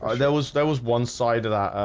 there was there was one side of that